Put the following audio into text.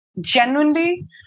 genuinely